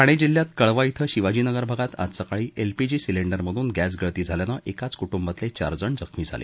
ठाणे जिल्ह्यात कळवा इथं शिवाजीनगर भागात आज सकाळी एलपीजी सिंलेडरमधून गॅसगळती झाल्यानं एकाच कुटुंबातले चारजण जखमी झाले